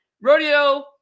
rodeo